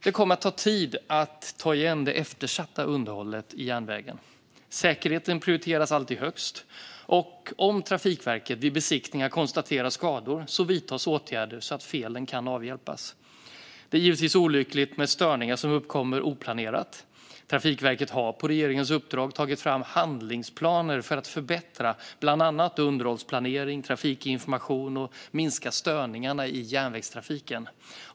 Det kommer att ta tid att ta igen det eftersatta underhållet i järnvägen. Säkerheten prioriteras alltid högst, och om Trafikverket vid besiktningar konstaterar skador vidtas åtgärder så att felen kan avhjälpas. Det är givetvis olyckligt med störningar som uppkommer oplanerat. Trafikverket har på regeringens uppdrag tagit fram handlingsplaner för att förbättra bland annat underhållsplanering, trafikinformation och minska störningar i järnvägstrafiken.